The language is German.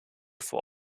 vor